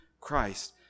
Christ